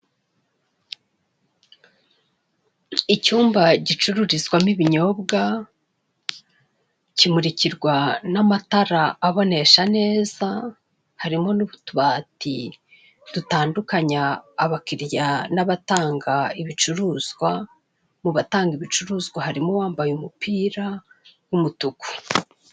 Icyumba gicururizwamo ibinyobwa, kimurikirwa n'amatara abonesha neza, harimo n'utubati dutandukanya abakiriya n'abatanga ibicuruzwa, mu batanga ibicuruzwa harimo uwambaye umupira w'umutuku.